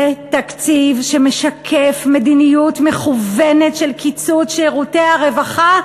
זה תקציב שמשקף מדיניות מכוונת של קיצוץ שירותי הרווחה,